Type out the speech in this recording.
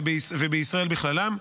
וישראל בכללן,